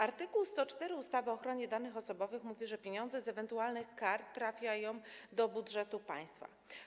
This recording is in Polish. Art. 104 ustawy o ochronie danych osobowych mówi, że pieniądze z ewentualnych kar trafiają do budżetu państwa.